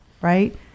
right